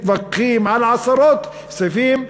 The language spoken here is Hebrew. מתווכחים על עשרות סעיפים,